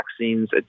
vaccines